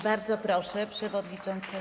Bardzo proszę, przewodniczący.